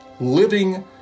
living